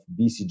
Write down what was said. BCG